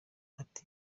ati